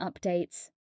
updates